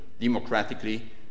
democratically